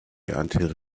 until